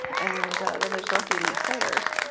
and then there's dorothy lee sayers,